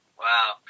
Wow